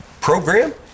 program